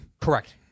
Correct